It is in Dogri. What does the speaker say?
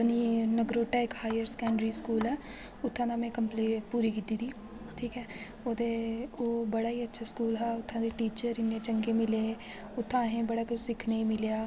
अपनी नगरोटे इक हायर सेकेंडरी स्कूल ऐ उत्थां दा मे कंप्लीट पूरी कीती दी ठीक ऐ ओह्दे ओह् बड़ा गै अच्छा स्कूल हा उत्थां दे टीचर इन्ने चंगे मिले उत्थां अहें बड़ा किश सिक्खने गी मिलेआ